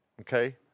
Okay